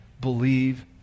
Believe